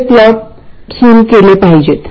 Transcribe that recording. हे व्होल्टेज काय असावे